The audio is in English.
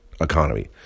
economy